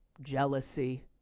jealousy